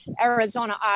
Arizona